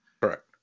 Correct